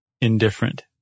indifferent